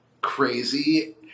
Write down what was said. crazy